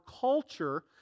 culture